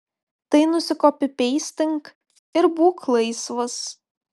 tai nusikopipeistink ir būk laisvas